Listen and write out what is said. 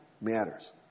matters